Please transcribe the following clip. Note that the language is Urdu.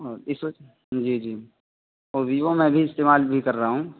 اس وقت جی جی اور ویوو میں ابھی استعمال بھی کر رہا ہوں